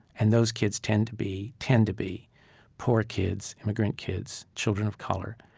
and those kids tend to be tend to be poor kids, immigrant kids, children of color,